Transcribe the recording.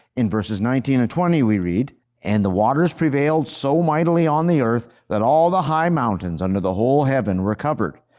in verses nineteen twenty we read, and the waters prevailed so mightily on the earth that all the high mountains under the whole heaven were covered.